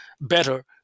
better